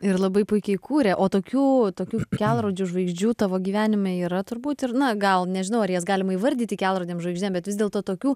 ir labai puikiai kūrė o tokių tokių kelrodžių žvaigždžių tavo gyvenime yra turbūt ir na gal nežinau ar jas galima įvardyti kelrodėm žvaigždėm bet vis dėlto tokių